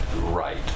right